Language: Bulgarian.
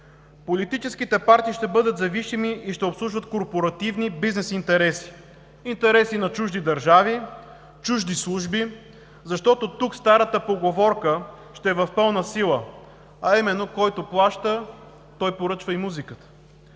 Политическите партии ще бъдат зависими и ще обслужват корпоративни бизнес интереси, интереси на чужди държави, чужди служби, защото тук старата поговорка ще е в пълна сила, а именно който плаща, той поръчва и музиката.